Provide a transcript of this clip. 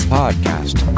podcast